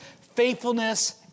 faithfulness